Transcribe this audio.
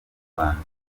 rwanda